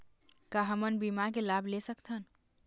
का हमन बीमा के लाभ ले सकथन?